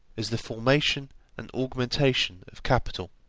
is the formation and augmentation of capital